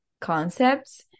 concepts